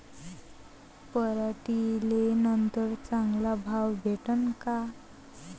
पराटीले नंतर चांगला भाव भेटीन का?